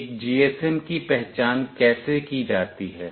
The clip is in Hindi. एक GSM की पहचान कैसे की जाती है